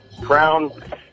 Crown